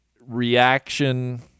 reaction